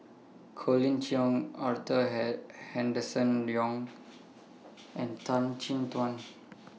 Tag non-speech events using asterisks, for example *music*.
Colin Cheong Arthur *unintelligible* Henderson Young and Tan Chin Tuan